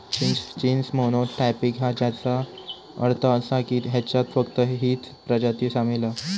चिंच genus monotypic हा, ज्याचो अर्थ असा की ह्याच्यात फक्त हीच प्रजाती सामील हा